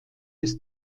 des